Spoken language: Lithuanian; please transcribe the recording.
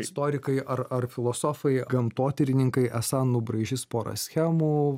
istorikai ar ar filosofai gamtotyrininkai esą nubraižys porą schemų